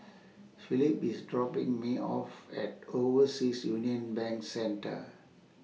Philip IS dropping Me off At Overseas Union Bank Centre